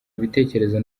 ibitekerezo